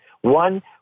One